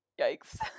Yikes